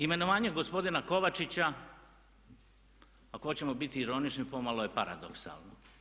Imenovanje gospodina Kovačića ako hoćemo biti ironični pomalo je paradoksalno.